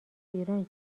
ایران